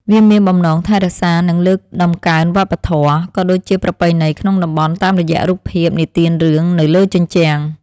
វាមានបំណងថែរក្សា និងលើកតម្កើងវប្បធម៌ ក៏ដូចជាប្រពៃណីក្នុងតំបន់តាមរយៈរូបភាពនិទានរឿងនៅលើជញ្ជាំង។